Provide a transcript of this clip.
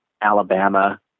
Alabama